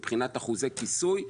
מבחינת אחוזי כיסוי.